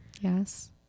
yes